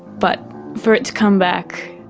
but for it to come back,